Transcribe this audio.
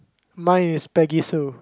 mine is Peggy Sue